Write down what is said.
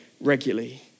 regularly